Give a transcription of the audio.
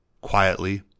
Quietly